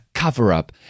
cover-up